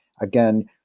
again